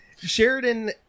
Sheridan